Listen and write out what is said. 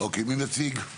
אוקיי, מי מציג?